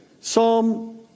Psalm